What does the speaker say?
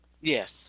Yes